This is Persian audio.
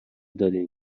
دادین